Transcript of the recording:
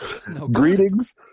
greetings